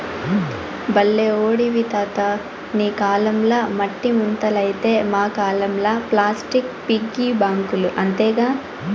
బల్లే ఓడివి తాతా నీ కాలంల మట్టి ముంతలైతే మా కాలంల ప్లాస్టిక్ పిగ్గీ బాంకీలు అంతేగా